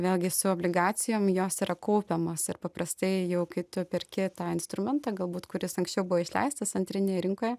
vėlgi su obligacijom jos yra kaupiamos ir paprastai jau kai tu perki tą instrumentą galbūt kuris anksčiau buvo išleistas antrinėje rinkoje